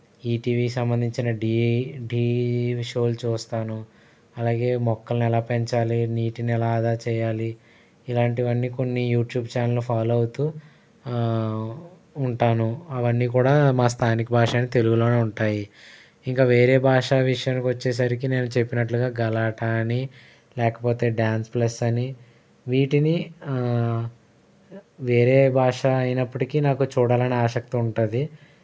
ETV సంబంధించిన ఢీ ఢీ షోలు చూస్తాను అలాగే మొక్కల్ని ఎలా పెంచాలి నీటిని ఎలా ఆదా చేయాలి ఇలాంటివన్నీ కొన్ని యూట్యూబ్ ఛానల్లు ఫాలో అవుతూ ఉంటాను అవన్నీ కూడా మా స్థానిక భాషను తెలుగులోనే ఉంటాయి ఇంకా వేరే భాష విషయానికి వచ్చేసరికి నేను చెప్పినట్లుగా గలాటా అని లేకపోతే డాన్స్ ప్లస్ అని వీటిని వేరే భాష అయినప్పటికీ నాకు చూడాలని ఆసక్తి ఉంటుంది